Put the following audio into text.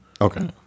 Okay